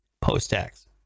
post-tax